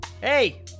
Hey